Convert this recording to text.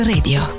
Radio